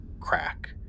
crack